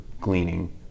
gleaning